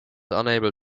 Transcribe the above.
unable